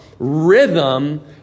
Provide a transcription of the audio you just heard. Rhythm